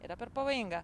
yra per pavojinga